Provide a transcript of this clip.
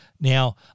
Now